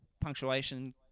punctuation